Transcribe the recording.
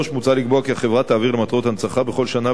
3. מוצע לקבוע כי החברה תעביר למטרות הנצחה בכל שנה